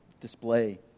display